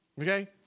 Okay